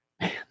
man